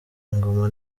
ingoma